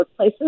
workplaces